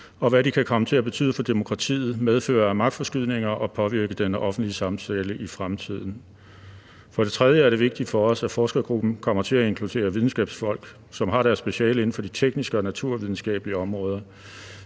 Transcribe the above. og hvad de kan komme til at betyde for demokratiet, medføre af magtforskydninger, og hvordan de kan påvirke den offentlige samtale i fremtiden. For det tredje er det vigtigt for os, at forskergruppen kommer til at inkludere videnskabsfolk, som har deres speciale inden for de tekniske og naturvidenskabelige områder.